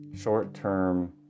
short-term